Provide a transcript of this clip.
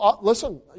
Listen